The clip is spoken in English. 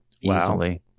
easily